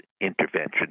intervention